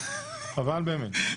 חבל באמת.